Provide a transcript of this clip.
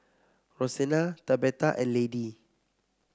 Rosena Tabetha and Lady